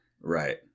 Right